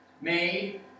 made